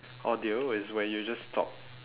audio is when you just talk